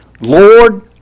Lord